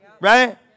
Right